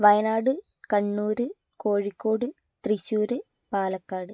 Wayanad Kannur Kozhikode Thrissur Palakkad